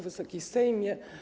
Wysoki Sejmie!